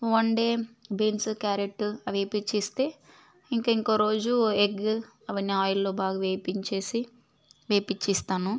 one day beans carrot అవేపిచ్చిస్తే ఇంకింకో రోజు ఎగ్ అవన్నీ ఆయిల్లో బాగా వేపించేసి వేపిచ్చిస్తాను